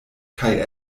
kaj